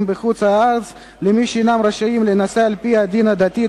בחוץ-לארץ למי שאינם רשאים להינשא על-פי הדין הדתי,